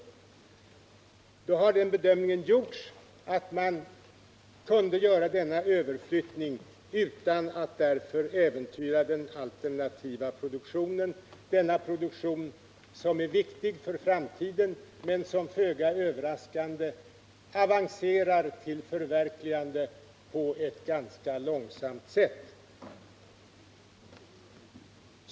Vi har gjort bedömningen att man kunde göra denna överflyttning utan att därför äventyra den alternativa produktionen, denna produktion som är viktig för framtiden men som — föga överraskande — avancerar till verklighet ganska långsamt.